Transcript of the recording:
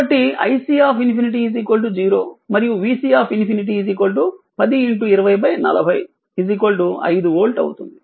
కాబట్టి iC∞ 0 మరియు vC∞ 102040 5 volt అవుతుంది